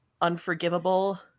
unforgivable